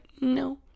no